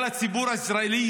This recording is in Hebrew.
כל הציבור הישראלי,